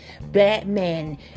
Batman